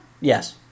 Yes